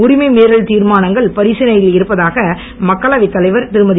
உரிமை மீறல் திர்மானங்கள் பரிசீலனையில் இருப்பதாக மக்களவைத் தலைவர் திருமதி